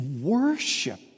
worship